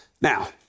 Now